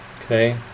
Okay